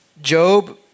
Job